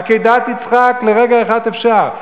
עקדת יצחק, לרגע אחד אפשר.